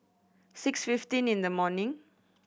six fifteen in the morning